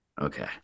Okay